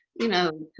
you know,